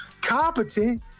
competent